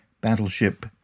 battleship